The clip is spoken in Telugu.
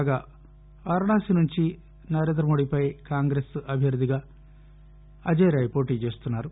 కాగా వారణాసి నుంచి నరేంద్రమోదీపై కాంగ్రెస్ అభ్యర్థిగా అజయ్రాయ్ పోటీ చేస్తున్నారు